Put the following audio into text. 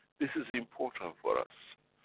this is important for us,